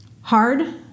hard